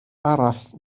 arall